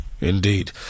Indeed